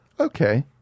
Okay